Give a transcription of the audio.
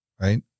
right